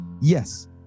yes